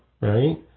right